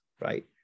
right